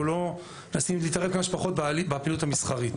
אנחנו מנסים להתערב כמה שפחות בפעילות המסחרית.